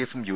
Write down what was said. എഫും യു